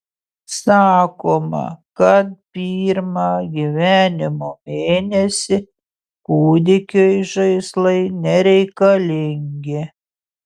sakoma kad pirmą gyvenimo mėnesį kūdikiui žaislai nereikalingi